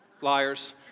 Liars